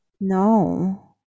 No